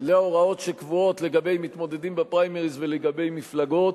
להוראות שקבועות לגבי מתמודדים בפריימריס ולגבי מפלגות,